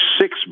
six